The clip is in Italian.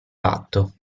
patto